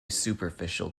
superficial